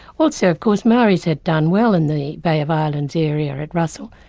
also of course, maoris had done well in the bay of islands area at russell,